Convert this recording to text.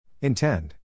Intend